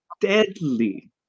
deadly